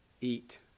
eat